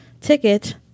ticket